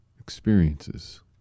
experiences